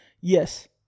yes